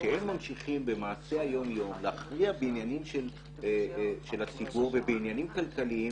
שממשיכים במעשי היום-יום להכריע בעניינים של הציבור ובעניינים כלכליים,